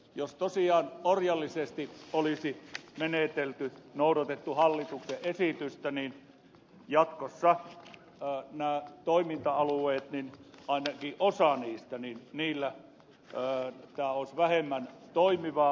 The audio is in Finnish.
jos tosiaan orjallisesti olisi menetelty noudatettu hallituksen esitystä niin jatkossa ainakin osalla näistä toiminta alueista työskentely olisi ollut vähemmän toimivaa